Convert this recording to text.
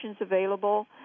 available